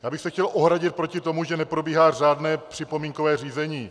Já bych se chtěl ohradit proti tomu, že neprobíhá řádné připomínkové řízení.